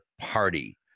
party